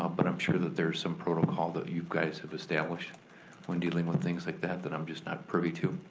um but i'm sure that there's some protocol that you guys have established when dealing with things like that that i'm just not privy to.